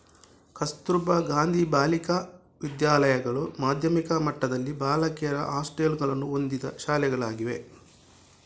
ಕಸ್ತೂರಬಾ ಗಾಂಧಿ ಬಾಲಿಕಾ ವಿದ್ಯಾಲಯಗಳು ಮಾಧ್ಯಮಿಕ ಮಟ್ಟದಲ್ಲಿ ಬಾಲಕಿಯರ ಹಾಸ್ಟೆಲುಗಳನ್ನು ಹೊಂದಿದ ಶಾಲೆಗಳಾಗಿವೆ